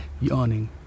yawning